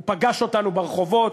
הוא פגש אותנו ברחובות,